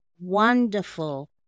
wonderful